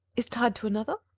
is tied to another?